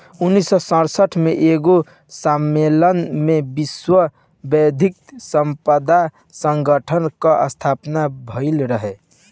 उन्नीस सौ सड़सठ में एगो सम्मलेन में विश्व बौद्धिक संपदा संगठन कअ स्थापना भइल रहे